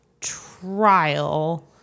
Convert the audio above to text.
trial